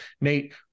Nate